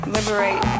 Liberate